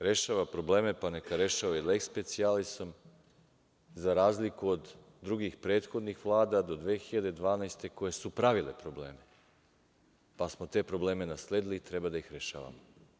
Rešava probleme, pa neka rešava i leks specijalisom, za razliku od drugih prethodnih Vlada do 2012. godine koje su pravile probleme, pa smo te probleme nasledili i treba da ih rešavamo.